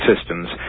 systems